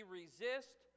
resist